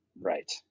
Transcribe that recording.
Right